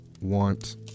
want